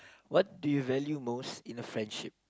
what do you value most in a friendship